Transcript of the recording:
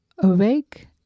awake